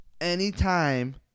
Anytime